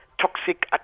toxic